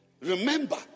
Remember